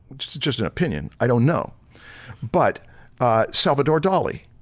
just just an opinion, i don't know but salvador dali,